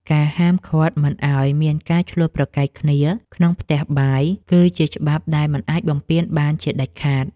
ការហាមឃាត់មិនឱ្យមានការឈ្លោះប្រកែកគ្នាក្នុងផ្ទះបាយគឺ ជាច្បាប់ដែលមិនអាចបំពានបានជាដាច់ខាត។